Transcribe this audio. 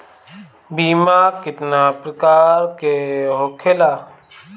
बीमा केतना प्रकार के होखे ला?